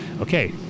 okay